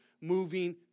moving